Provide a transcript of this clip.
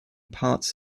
parts